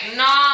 no